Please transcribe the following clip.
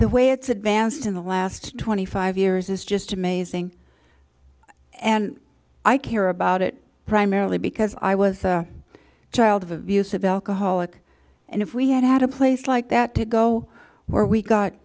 the way it's advanced in the last twenty five years is just amazing and i care about it primarily because i was a child of abusive alcoholic and if we had had a place like that to go where we got